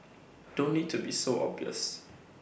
don't need to be so obvious